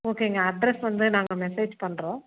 ஓகேங்க அட்ரஸ் வந்து நாங்கள் மெஸேஜ் பண்ணுறோம்